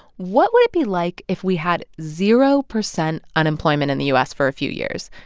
what would it be like if we had zero percent unemployment in the u s. for a few years?